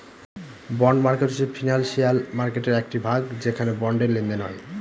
bond market হচ্ছে financial মার্কেটের একটি ভাগ যেখানে বন্ডের লেনদেন হয়